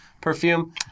perfume